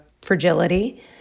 fragility